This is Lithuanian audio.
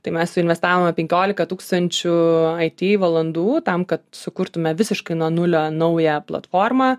tai mes suinvestavome penkiolika tūkstančių it valandų tam kad sukurtume visiškai nuo nulio naują platformą